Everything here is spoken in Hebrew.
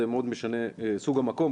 זה מאוד משנה סוג המקום,